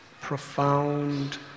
profound